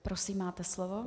Prosím, máte slovo.